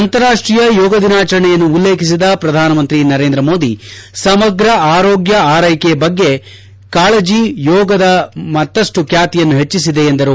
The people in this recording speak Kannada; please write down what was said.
ಅಂತಾರಾಷ್ಷೀಯ ಯೋಗ ದಿನಾಚರಣೆಯನ್ನು ಉಲ್ಲೇಖಿಸಿದ ಪ್ರಧಾನಮಂತ್ರಿ ನರೇಂದ್ರ ಮೋದಿ ಸಮಗ್ರ ಆರೋಗ್ಯ ಆರೈಕೆ ಬಗೆಗಿನ ಕಾಳಜಿ ಯೋಗದ ಬ್ಯಾತಿಯನ್ನು ಮತ್ತಪ್ಪು ಹೆಚ್ಚಿಸಿದೆ ಎಂದರು